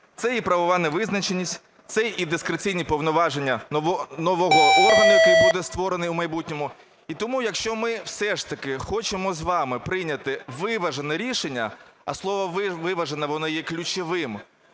це і правова невизначеність, це і дискреційні повноваження нового органу, який буде створений у майбутньому. І тому, якщо ми все ж таки хочемо з вами прийняти виважене рішення, а слово "виважене", воно є ключовим